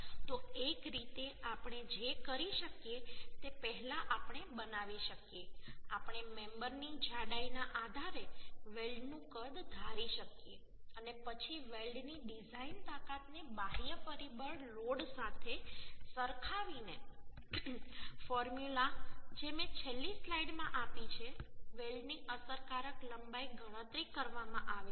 તો એક રીતે આપણે જે કરી શકીએ તે પહેલા આપણે બનાવી શકીએ આપણે મેમ્બરની જાડાઈના આધારે વેલ્ડનું કદ ધારી શકીએ અને પછી વેલ્ડની ડિઝાઇન તાકાતને બાહ્ય પરિબળ લોડ સાથે સરખાવીને ફોર્મ્યુલા જે મેં છેલ્લી સ્લાઇડમાં આપી છે વેલ્ડની અસરકારક લંબાઈ ગણતરી કરવામાં આવે છે